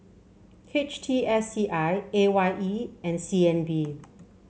H T S C I A Y E and C N B